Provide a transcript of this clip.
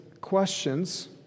questions